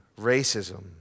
Racism